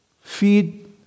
feed